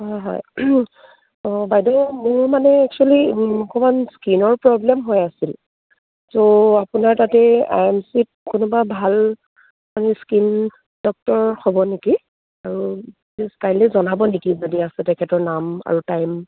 হয় হয় অঁ বাইদেউ মোৰ মানে এক্সুৱেলি অকণমান স্কিনৰ প্ৰব্লেম হৈ আছিল ছ' আপোনাৰ তাতে এ এম চিত কোনোবা ভাল মানে স্কিন ডক্টৰ হ'ব নেকি আৰু কাইলৈ জনাব নেকি যদি আছে তেখেতৰ নাম আৰু টাইম